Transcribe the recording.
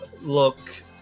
look